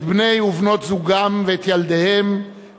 את בני ובנות זוגם ואת ילדיהם,